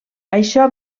això